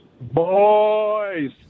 Boys